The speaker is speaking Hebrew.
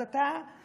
אז אתה נופל.